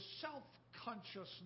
self-consciousness